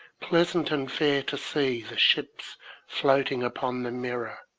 pleasant and fair to see the ships floating upon the mirror,